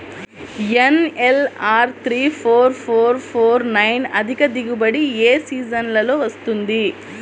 NLR three four four four nine అధిక దిగుబడి ఏ సీజన్లలో వస్తుంది?